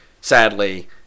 sadly